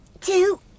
two